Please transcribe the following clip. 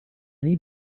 need